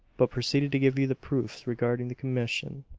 but proceed to give you the proofs regarding the commission.